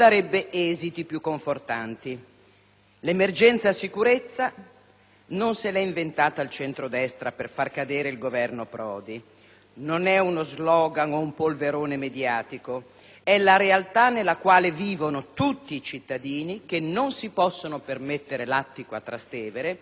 L'emergenza sicurezza non se l'è inventata il centrodestra per far cadere il Governo Prodi, non è uno slogan o un polverone mediatico: è la realtà nella quale vivono tutti i cittadini che non si possono permettere l'attico a Trastevere o il *loft* in corso Como.